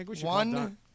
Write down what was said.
One